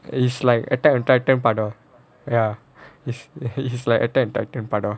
is like attack on titan partner ya which is like attack on titan partner